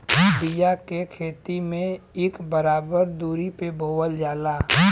बिया के खेती में इक बराबर दुरी पे बोवल जाला